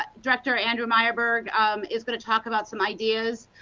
but director andrew meyer berg is going to talk about some ideas,